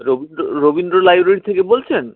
Rabindra Rabindra library থেকে বলছেন